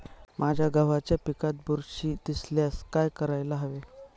माझ्या गव्हाच्या पिकात बुरशी दिसल्यास काय करायला हवे?